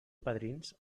padrins